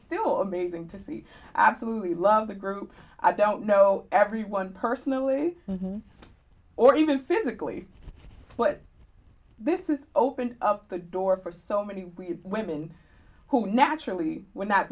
still amazing to see absolutely love the group i don't know everyone personally or even physically but this is opened up the door for so many women who naturally would not